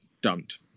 dumped